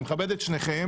אני מכבד את שניכם.